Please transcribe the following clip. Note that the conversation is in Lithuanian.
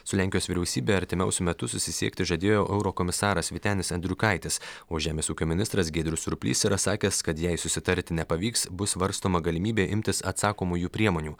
su lenkijos vyriausybe artimiausiu metu susisiekti žadėjo eurokomisaras vytenis andriukaitis o žemės ūkio ministras giedrius surplys yra sakęs kad jei susitarti nepavyks bus svarstoma galimybė imtis atsakomųjų priemonių